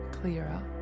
clearer